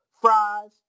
fries